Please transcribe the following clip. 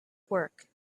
work